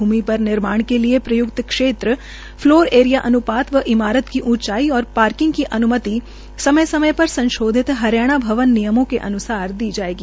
भूमि पर निर्माण के लिये प्रय्क्त क्षेत्र फलोर ऐरिया अन्पात व इमारत के ऊचांई व पार्किंग की अन्मति समय समय पर संशोधन हरियाणा भवन नियमों के अन्सार दी जायेगी